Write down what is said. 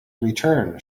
return